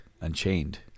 Unchained